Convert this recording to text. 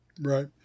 Right